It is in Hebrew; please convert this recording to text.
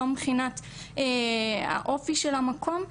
לא מבחינת האופי של המקום.